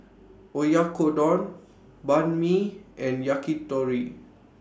Oyakodon Banh MI and Yakitori